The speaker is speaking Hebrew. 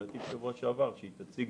בשבוע שעבר סוכם שהיא תציג